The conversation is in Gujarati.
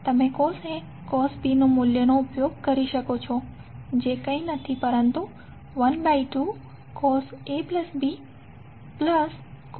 તમે cos A cos B મૂલ્યનો ઉપયોગ કરી શકો છો જે કંઇ નથી સિવાય કે 12 cos A B cos